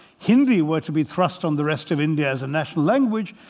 hindi were to be thrust on the rest of india as a national language,